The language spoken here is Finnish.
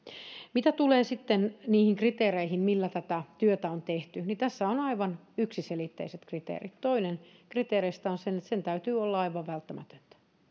mitä tulee sitten niihin kriteereihin millä tätä työtä on tehty niin tässä on aivan yksiselitteiset kriteerit toinen kriteereistä on se että sen täytyy olla aivan välttämätöntä